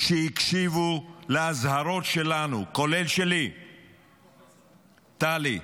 שהקשיבו לאזהרות שלנו, כולל שלי, טלי,